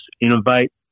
innovate